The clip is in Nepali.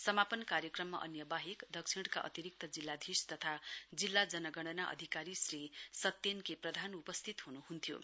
समापन कार्यक्रममा अन्य वाहेक दक्षिणका अतिरिक्त जिल्लाधीश तथा जिल्ला जनगणना अधिकारी श्री सत्येन के प्रधान उपस्थित हन्हन्थ्यो